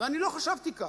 ולא חשבתי כך.